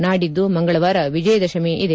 ನಾಡಿದ್ದು ಮಂಗಳವಾರ ವಿಜಯದಶಮಿ ಇದೆ